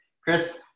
Chris